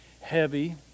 heavy